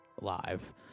live